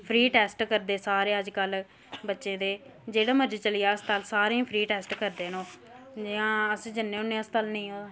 free test करदे सारे अज्ज कल्ल बच्चे दे जेड़ा मर्जी चली जा अस्पताल सारें गी फ्री टेस्ट करदे नै ओह् जियां अस्स जन्ने हुन्ने अस्पताल नी